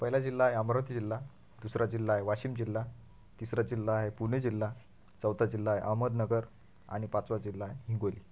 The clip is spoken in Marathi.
पहिला जिल्हा आहे अमरावती जिल्हा दुसरा जिल्हा आहे वाशिम जिल्हा तिसरा जिल्हा आहे पुणे जिल्हा चौथा जिल्हा आहे अहमदनगर आणि पाचवा जिल्हा आहे हिंगोली